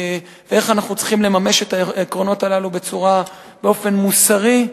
איך אנחנו צריכים לממש את העקרונות הללו באופן מוסרי,